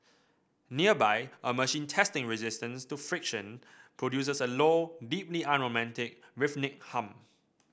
nearby a machine testing resistance to friction produces a low deeply unromantic rhythmic hum